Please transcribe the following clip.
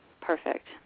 Perfect